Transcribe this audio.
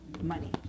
Money